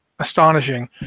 Astonishing